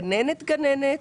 גננת-גננת,